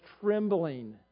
trembling